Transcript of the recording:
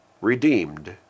redeemed